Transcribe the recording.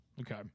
Okay